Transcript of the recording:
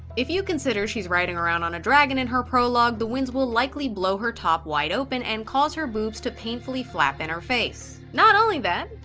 if you consider she's riding around on a dragon in her prologue, the winds will likely blow her top wide open and cause her boobs to painfully flap in her face. not only that,